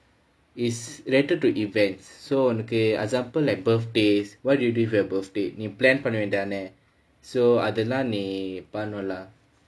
is rented to events so on okay example like birthdays what do you do for your birthday நீ:nee plan பண்ண வேண்டியது தானே:panna vaendiyathu thaanae so அதுலாம் நீ பண்ணுனும்:athulaam nee pannunom lah